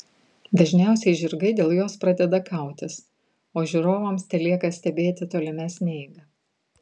dažniausiai žirgai dėl jos pradeda kautis o žiūrovams telieka stebėti tolimesnę eigą